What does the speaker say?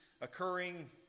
occurring